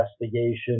investigation